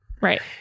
right